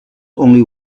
only